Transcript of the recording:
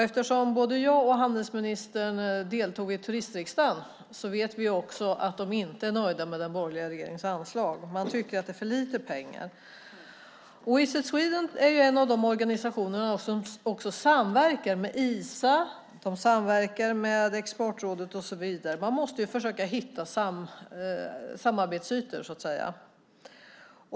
Eftersom både jag och handelsministern deltog i Turistriksdagen vet vi att de inte är nöjda med den borgerliga regeringens anslag. Man tycker att det är för lite pengar. Visit Sweden är en av de organisationer som samverkar med Isa, Exportrådet och så vidare. Man måste försöka hitta samarbetsytor.